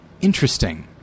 Interesting